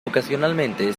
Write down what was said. ocasionalmente